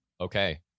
Okay